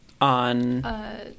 On